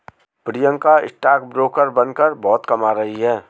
Priyanka stock broker बनकर बहुत कमा रही है